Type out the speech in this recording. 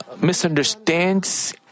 misunderstands